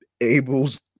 Abel's